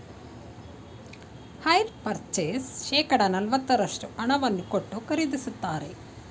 hire purchase ಶೇಕಡ ನಲವತ್ತರಷ್ಟು ಹಣವನ್ನು ಕೊಟ್ಟು ಖರೀದಿಸುತ್ತಾರೆ